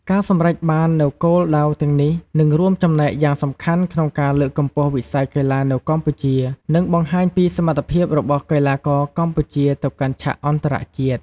ការសម្រេចបាននូវគោលដៅទាំងនេះ នឹងរួមចំណែកយ៉ាងសំខាន់ក្នុងការលើកកម្ពស់វិស័យកីឡានៅកម្ពុជា និងបង្ហាញពីសមត្ថភាពរបស់កីឡាករកម្ពុជាទៅកាន់ឆាកអន្តរជាតិ។